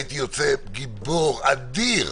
הייתי יוצא גיבור אדיר.